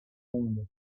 monde